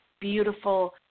beautiful